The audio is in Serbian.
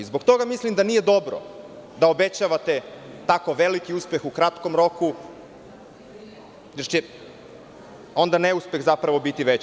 Zbog toga mislim da nije dobro da obećavate tako veliki uspeh u kratkom roku, jer će onda neuspeh zapravo biti veći.